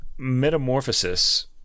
metamorphosis